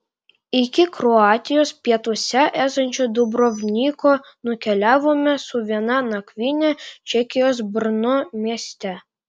iki kroatijos pietuose esančio dubrovniko nukeliavome su viena nakvyne čekijos brno mieste